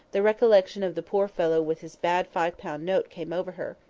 the recollection of the poor fellow with his bad five-pound note came over her,